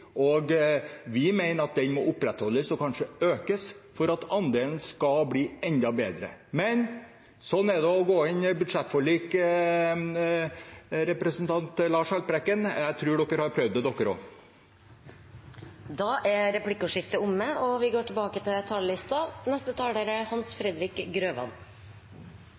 og en fossildreven bil, og vi mener at den må opprettholdes og kanskje økes for at andelen skal bli enda bedre. Men sånn er det å inngå budsjettforlik. Jeg tror SV også har prøvd det. Replikkordskiftet er omme. Vi er stolte av at jernbanesatsingen i neste års budsjett er